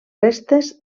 restes